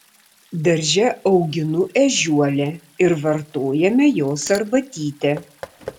darže auginu ežiuolę ir vartojame jos arbatytę